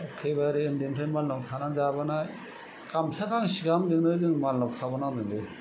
एकेबारे उन्दैनिफ्रायनो मालायनाव थानानै जाबोनाय गामसा गांसे गाहामजोंनो जों मालायनाव थाबोनांदोंलै